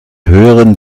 höheren